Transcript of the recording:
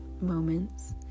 moments